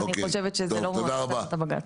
אז אני חושבת שזה לא ממש סותר את הבג"ץ.